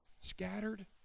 scattered